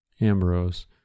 Ambrose